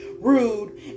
rude